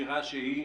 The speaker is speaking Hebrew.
סבירה שהיא